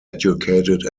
educated